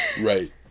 Right